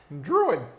Druid